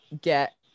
get